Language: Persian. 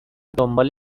دنبال